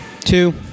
Two